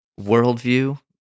worldview